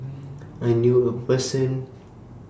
I knew A Person